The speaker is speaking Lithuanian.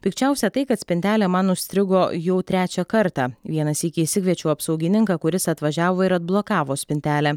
pikčiausia tai kad spintelė man užstrigo jau trečią kartą vieną sykį išsikviečiau apsaugininką kuris atvažiavo ir atblokavo spintelę